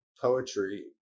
poetry